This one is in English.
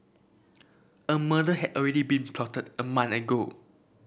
a murder had already been plotted a month ago